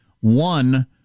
one